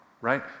right